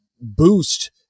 boost